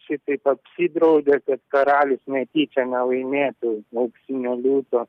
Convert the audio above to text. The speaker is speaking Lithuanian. šitaip apsidraudė kad karalius netyčia nelaimėtų auksinio liūto